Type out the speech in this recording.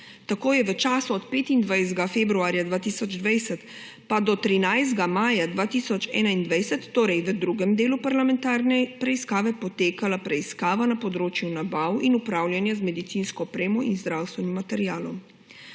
Tako je v času od 25. februarja 2020 pa do 13. maja 2021, torej v drugem delu parlamentarne preiskave, potekala preiskava na področju nabav in upravljanja z medicinsko opremo in zdravstvenim materialom.